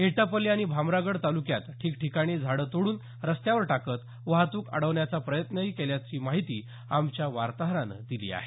एटापल्ली आणि भामरागड तालुक्यात ठिकठिकाणी झाडे तोडून रस्त्यावर टाकत वाहतुक अडवण्याचा प्रयत्न केल्याची माहिती आमच्या वार्ताहरानं दिली आहे